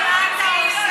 אתה לא רואה מה אתה עושה?